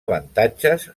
avantatges